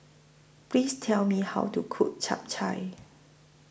Please Tell Me How to Cook Chap Chai